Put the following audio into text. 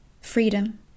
Freedom